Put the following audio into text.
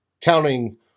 counting